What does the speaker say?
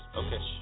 okay